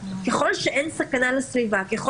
לא